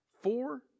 Four